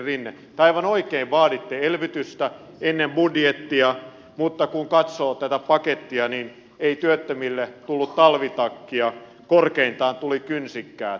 te aivan oikein vaaditte elvytystä ennen budjettia mutta kun katsoo tätä pakettia niin ei työttömille tullut talvitakkia korkeintaan tuli kynsikkäät